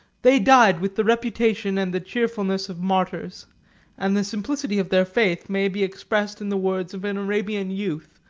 they died with the reputation and the cheerfulness of martyrs and the simplicity of their faith may be expressed in the words of an arabian youth,